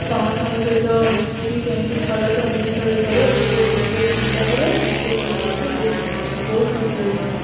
ସମସ୍ତଙ୍କ ସହିତ ମିଶିକି କେମିତି ଭଲ ସବୁ ଜିନିଷ ହୋଇପାରିବ ସେସବୁ ବିଷୟରେ ଚିନ୍ତା କରେ ମୋତେ ସେସବୁ ଜିନିଷ ବହୁତ ଖୁସି ହୋଇଥାଏ